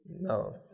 No